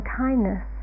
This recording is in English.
kindness